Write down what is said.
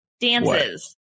Dances